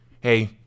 Hey